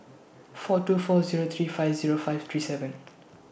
four two four Zero three five Zero five three seven